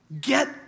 Get